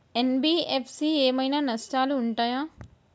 NBFC ఏమైనా నష్టాలు ఉంటయా?